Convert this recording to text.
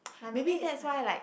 like maybe it's like